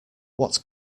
what